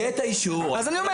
האישור יהיה.